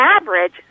average